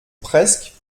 presque